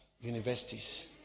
universities